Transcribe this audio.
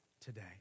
today